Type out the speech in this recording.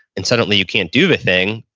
and suddenly you can't do the thing,